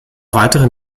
weitere